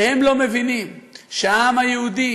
שהם לא מבינים שהעם היהודי,